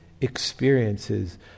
experiences